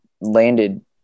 landed